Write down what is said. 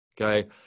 okay